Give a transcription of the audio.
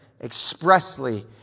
expressly